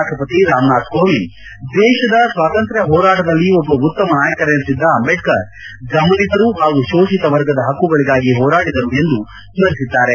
ರಾಷ್ಟಪತಿ ರಾಮನಾಥ್ ಕೋವಿಂದ್ ದೇಶದ ಸ್ವಾತಂತ್ರ್ಯ ಹೋರಾಟದಲ್ಲಿ ಒಬ್ಬ ಉತ್ತಮ ನಾಯಕರೆನಿಸಿದ್ದ ಅಂಬೇಡ್ಕರ್ ಧಮನಿತರು ಹಾಗೂ ಶೋಷಿತವರ್ಗದ ಹಕ್ಕುಗಳಿಗಾಗಿ ಹೋರಾಡಿದರು ಎಂದು ಸ್ಮರಿಸಿದ್ದಾರೆ